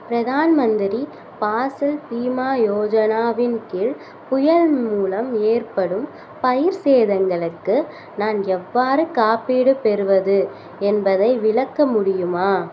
பிரதான் மந்திரி ஃபாசல் பீமா யோஜனாவின் கீழ் புயல் மூலம் ஏற்படும் பயிர் சேதங்களுக்கு நான் எவ்வாறு காப்பீடு பெறுவது என்பதை விளக்க முடியுமா